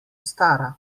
stara